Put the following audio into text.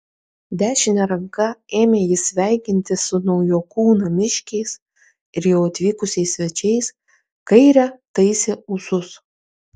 dešine ranka ėmė jis sveikintis su naujokų namiškiais ir jau atvykusiais svečiais kaire taisė ūsus